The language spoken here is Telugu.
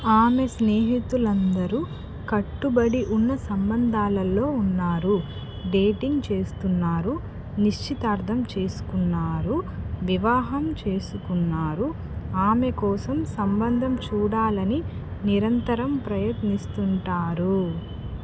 ఆమె స్నేహితులందరూ కట్టుబడి ఉన్న సంబంధాలలో ఉన్నారు డేటింగ్ చేస్తున్నారు నిశ్చితార్థం చేసుకున్నారు వివాహం చేసుకున్నారు ఆమె కోసం సంబంధం చూడాలని నిరంతరం ప్రయత్నిస్తుంటారు